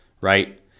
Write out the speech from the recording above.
right